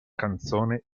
canzone